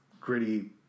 gritty